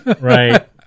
Right